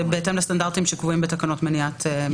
בהתאם לסטנדרטים שקבועים בתקנות מניעת מפגעים.